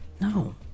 No